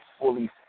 fully